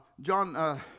John